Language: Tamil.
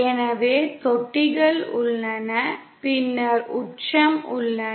எனவே தொட்டிகள் உள்ளன பின்னர் உச்சம் உள்ளன